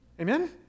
Amen